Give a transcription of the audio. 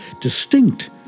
distinct